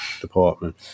department